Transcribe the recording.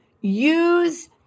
use